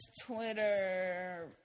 Twitter